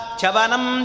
Chavanam